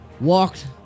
walked